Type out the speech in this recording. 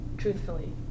Truthfully